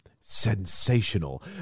sensational